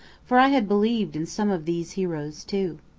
for i had believed in some of these heroes too.